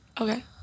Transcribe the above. Okay